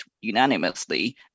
unanimously